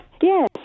Yes